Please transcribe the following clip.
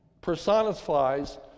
personifies